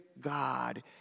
God